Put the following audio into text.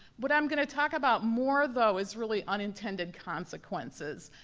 what i'm gonna talk about more, though, is really unintended consequences.